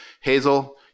Hazel